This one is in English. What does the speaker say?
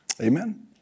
Amen